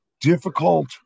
difficult